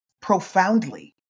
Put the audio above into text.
profoundly